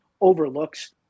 overlooks